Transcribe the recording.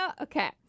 Okay